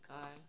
god